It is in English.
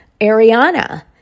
Ariana